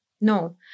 No